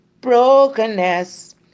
Brokenness